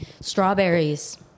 strawberries